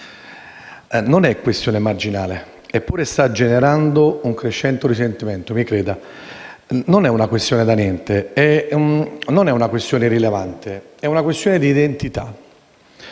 Non è questione marginale, perché sta generando un crescente risentimento. Mi creda, non è una questione da niente, non è una questione irrilevante, è una questione di identità,